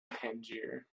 tangier